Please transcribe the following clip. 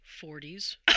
Forties